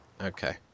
Okay